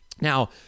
now